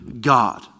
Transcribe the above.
God